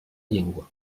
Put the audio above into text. llengua